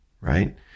right